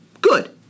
good